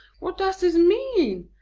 what does this mean?